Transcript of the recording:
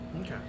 Okay